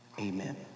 amen